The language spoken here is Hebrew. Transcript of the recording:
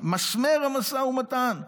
מסמר המשא ומתן,